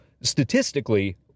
statistically